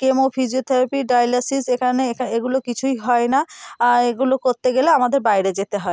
chemo physiotherapy dialysis এখানে এগুলো কিছুই হয় না এগুলো করতে গেলে আমাদের বাইরে যেতে হয়